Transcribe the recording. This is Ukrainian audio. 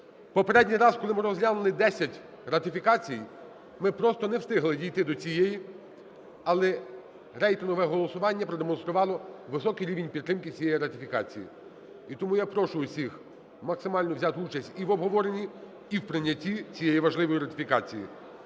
Попередній раз, коли ми розглянули десять ратифікацій, ми просто не встигли дійти до цієї, але рейтингове голосування продемонструвало високий рівень підтримки цієї ратифікації. І тому я прошу всіх максимально взяти участь і в обговоренні, і в прийняття цієї важливої ратифікації.